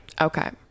Okay